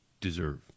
deserve